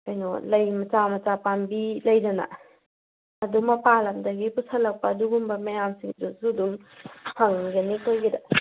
ꯀꯩꯅꯣ ꯂꯩ ꯃꯆꯥ ꯃꯆꯥ ꯄꯥꯝꯕꯤ ꯂꯩꯗꯅ ꯑꯗꯨ ꯃꯄꯥꯟ ꯂꯝꯗꯒꯤ ꯄꯨꯁꯤꯜꯂꯛꯄ ꯑꯗꯨꯒꯨꯝꯕ ꯃꯌꯥꯝꯁꯤꯡꯗꯨꯁꯨ ꯑꯗꯨꯝ ꯐꯪꯒꯅꯤ ꯑꯩꯈꯣꯏꯒꯤꯗ